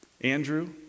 Andrew